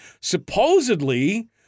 supposedly